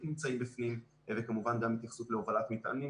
נמצאים בפנים וכמובן גם התייחסות להובלת מטענים,